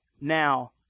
now